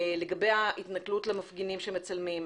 לגבי ההתנכלות למפגינים שמצלמים,